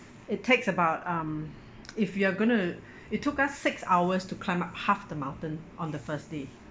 it takes about um if you're going to it took us six hours to climb up half the mountain on the first day